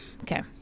Okay